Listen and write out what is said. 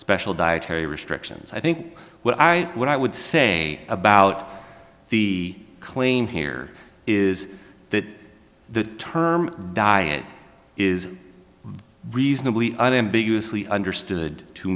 special dietary restrictions i think what i what i would say about the claim here is that the term diet is reasonably unambiguously understood to